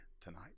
tonight